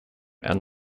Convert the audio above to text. and